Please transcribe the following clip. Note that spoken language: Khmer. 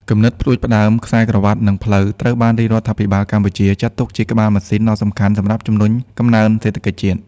គំនិតផ្ដួចផ្ដើមខ្សែក្រវាត់ និងផ្លូវ ត្រូវបានរាជរដ្ឋាភិបាលកម្ពុជាចាត់ទុកជាក្បាលម៉ាស៊ីនដ៏សំខាន់សម្រាប់ជំរុញកំណើនសេដ្ឋកិច្ចជាតិ។